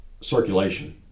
circulation